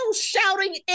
shouting